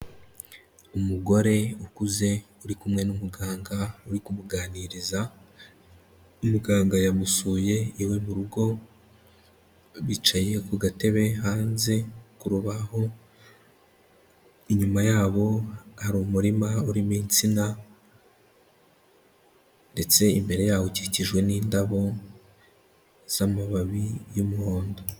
Umugore ukuze uri kumwe n'umuganga uri kumuganiriza, muganga yamusuye iwe mu rugo, bicaye ku gatebe hanze ku rubaho, inyuma yabo hari umurima urimo itsina ndetse imbere yaho ukikijwe n'indabo z'amababi y'umuhondo.